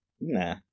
Nah